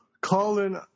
Colin